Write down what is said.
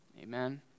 Amen